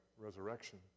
resurrection